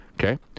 okay